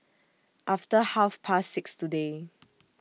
after Half Past six today